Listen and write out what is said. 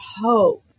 hope